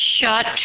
shut